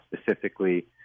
Specifically